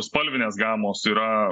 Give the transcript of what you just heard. spalvinės gamos yra